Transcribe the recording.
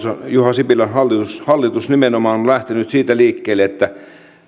ja juha sipilän hallitus hallitus nimenomaan on lähtenyt siitä liikkeelle että